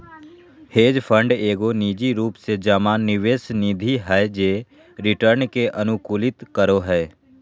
hedge fund एगो निजी रूप से जमा निवेश निधि हय जे रिटर्न के अनुकूलित करो हय